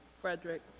Frederick